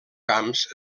camps